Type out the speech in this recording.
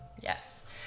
Yes